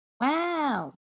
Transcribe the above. Wow